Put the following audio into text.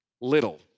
little